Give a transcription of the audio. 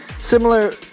similar